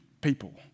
people